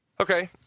Okay